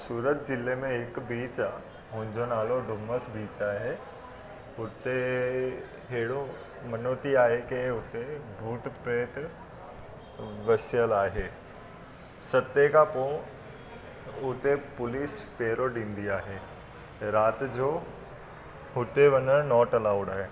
सूरत ज़िले में हिकु बीच आहे हुन जो नालो डुमस बीच आहे हुते अहिड़ो मनोती आहे की हुते भूत प्रेत वसियल आहे सते खां पोइ हुते पुलिस पहिरो ॾींदी आहे राति जो हुते वञणु नॉट अलाउड आहे